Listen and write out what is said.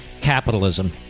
capitalism